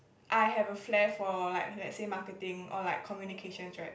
I have a flair for like let's say marketing or like communications right